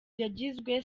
yagizwe